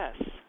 Yes